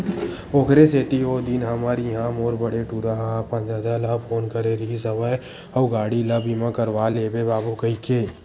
ओखरे सेती ओ दिन हमर इहाँ मोर बड़े टूरा ह अपन ददा ल फोन करे रिहिस हवय अउ गाड़ी ल बीमा करवा लेबे बाबू कहिके